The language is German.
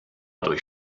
durch